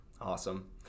Awesome